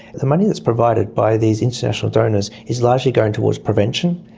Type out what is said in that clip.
the money that is provided by these international donors is largely going towards prevention,